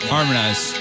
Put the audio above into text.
Harmonize